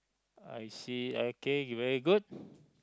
I see okay you very good